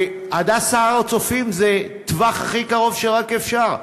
ו"הדסה הר-הצופים" הוא בטווח הכי קרוב שרק אפשר.